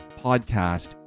podcast